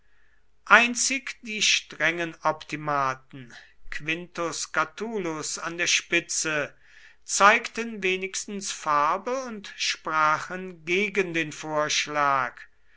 einzig die strengen optimaten quintus catulus an der spitze zeigten wenigstens farbe und sprachen gegen den vorschlag